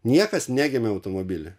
niekas negimė automobily